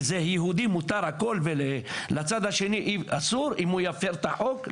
כי זה יהודי מותר הכל ולצד השני אסור אם הוא יפר את החוק?